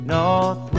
North